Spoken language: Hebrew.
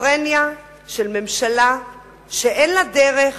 סכיזופרניה של ממשלה שאין לה דרך,